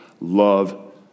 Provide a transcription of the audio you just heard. love